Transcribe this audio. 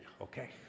okay